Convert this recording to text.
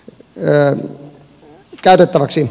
jar täytettäväksi